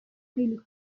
خیلی